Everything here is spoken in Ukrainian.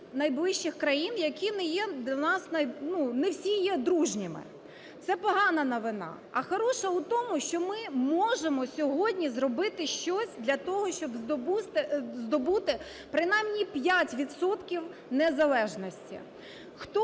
найближчих країн, які не є до нас, не всі є дружніми. Це погана новина. А хороша у тому, що ми можемо сьогодні зробити щось для того, щоб здобути принаймні 5 відсотків незалежності.